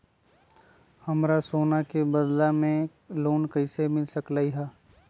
हमरा सोना के बदला में लोन मिल सकलक ह?